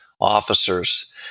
officers